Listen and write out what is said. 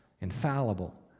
infallible